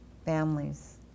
families